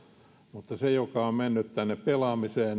mutta sitä rahaa joka on mennyt pelaamiseen